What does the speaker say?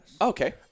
Okay